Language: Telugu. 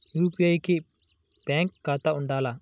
యూ.పీ.ఐ కి బ్యాంక్ ఖాతా ఉండాల?